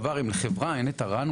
דובר כאן גם על הנושא של חינוך למדע,